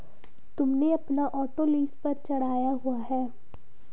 तुमने अपना auto lease पर चढ़ाया हुआ है?